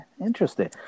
Interesting